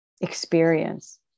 experience